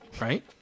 Right